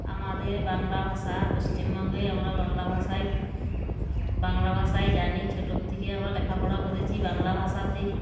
আমাদের বাংলা ভাষা পশ্চিমবঙ্গে আমরা বাংলা ভাষায় বাংলা ভাষায় জানি ছোটোর থেকে আমরা লেখাপড়া করেছি বাংলা ভাষাতেই